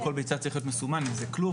על כל ביצה צריך להיות מסומן אם זה כלוב,